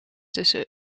tussen